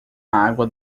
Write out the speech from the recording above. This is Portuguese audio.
água